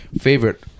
favorite